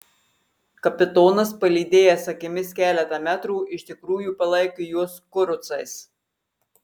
kapitonas palydėjęs akimis keletą metrų iš tikrųjų palaikė juos kurucais